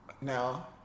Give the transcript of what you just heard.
No